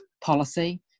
policy